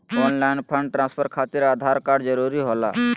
Online fund transfer खातिर Aadhaar card जरूरी होला?